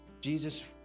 Jesus